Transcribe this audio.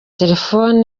telefone